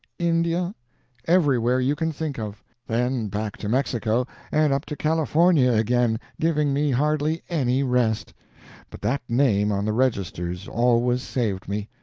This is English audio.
india everywhere you can think of then back to mexico and up to california again, giving me hardly any rest but that name on the registers always saved me,